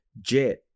jet